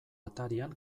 atarian